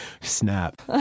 Snap